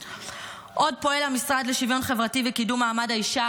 עוד פועל המשרד לשוויון חברתי וקידום מעמד האישה